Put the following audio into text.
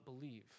believe